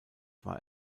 war